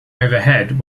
overhead